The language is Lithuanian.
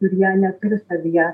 kurie neturi savyje